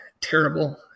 terrible